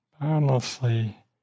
boundlessly